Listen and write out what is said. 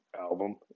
album